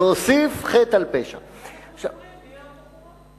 לא מספיק שהיא הלכה לאכול טרפה?